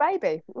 baby